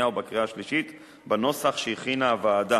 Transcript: ובקריאה השלישית בנוסח שהכינה הוועדה.